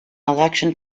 election